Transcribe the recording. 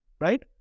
Right